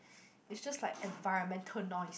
it's just like environmental noise